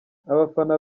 abafana